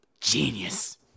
Genius